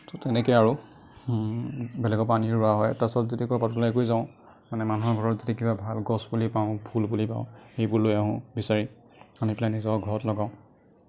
তো তেনেকৈয়ে আৰু বেলেগৰ পৰা আনিও ৰোৱা হয় তাৰ পাছত যেতিয়া ক'ৰবাত ওলাই কৰি যাওঁ মানে মানুহৰ ঘৰত যদি কিবা ভাল গছ পুলি পাওঁ ফুল পুলি পাওঁ সেইবোৰ লৈ আহোঁ বিচাৰি আনি পেলাই নিজৰ ঘৰত লগাওঁ